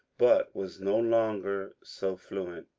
but was no longer so fluent.